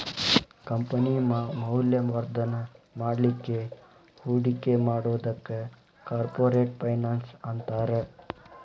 company ಮೌಲ್ಯವರ್ಧನ ಮಾಡ್ಲಿಕ್ಕೆ ಹೂಡಿಕಿ ಮಾಡೊದಕ್ಕ ಕಾರ್ಪೊರೆಟ್ ಫೈನಾನ್ಸ್ ಅಂತಾರ